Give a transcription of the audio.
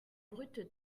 brut